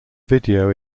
video